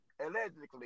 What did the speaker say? Allegedly